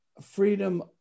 freedom